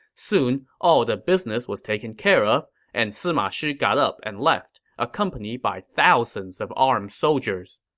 soon, all the business was taken care of, and sima shi got up and left, accompanied by thousands of armed soldiers.